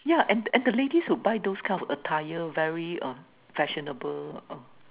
yeah and and the ladies could buy those kind of attire very uh fashionable uh